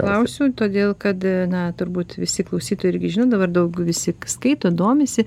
klausiu todėl kad na turbūt visi klausytojai irgi žino dabar daug visi skaito domisi